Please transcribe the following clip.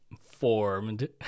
formed